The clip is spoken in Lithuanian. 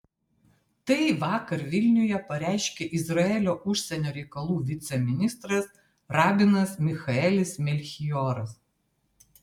tai vakar vilniuje pareiškė izraelio užsienio reikalų viceministras rabinas michaelis melchioras